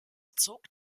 zog